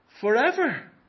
Forever